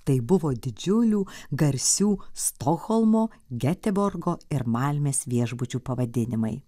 tai buvo didžiulių garsių stokholmo geteborgo ir malmės viešbučių pavadinimai